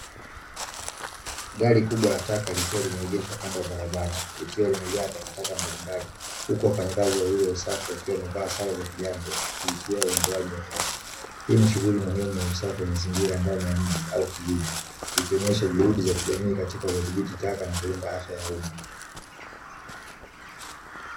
Gari kubwa la taka likiwa limeegeshwa kando ya barabara likiwa limejaa takataka mbalimbali, huku wafanyakazi wawili wa usafi wakiwa wamevaa sare za kijani wakishughulikia uondoaji wa taka. Hii ni shughuli muhimu ya usafi wa mazingira ndani ya mji au kijiji, ikionyesha juhudi za kijamii katika kudhibiti taka na kulinda afya ya umma.